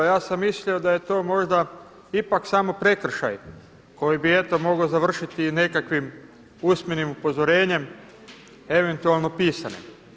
Ja sam mislio da je to možda ipak samo prekršaj koji bi eto mogao završiti nekakvim usmenim upozorenjem eventualno pisane.